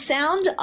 Sound